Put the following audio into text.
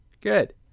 Good